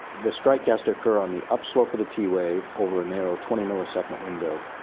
the strike has to occur on the upslope of the t-wave over a narrow twenty millisecond window.